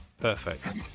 perfect